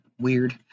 weird